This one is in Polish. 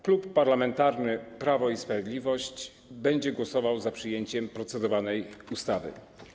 Klub Parlamentarny Prawo i Sprawiedliwość będzie głosował za przyjęciem procedowanej ustawy.